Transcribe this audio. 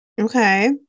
okay